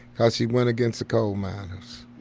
because she went against the coal miners.